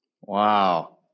Wow